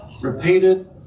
repeated